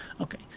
Okay